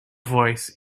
voice